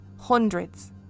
Hundreds